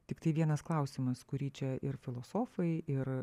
tiktai vienas klausimas kurį čia ir filosofai ir